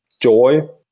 joy